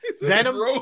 Venom